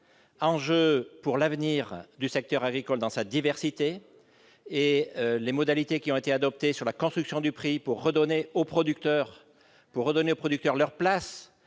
pour l'avenir du secteur agricole, dans sa diversité. Les modalités adoptées sur la construction du prix pour redonner aux producteurs leur place